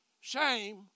shame